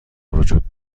وجود